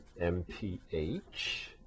MPH